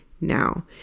now